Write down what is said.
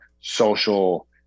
social